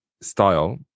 style